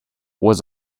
was